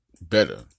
better